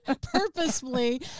Purposefully